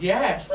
Yes